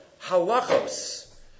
halachos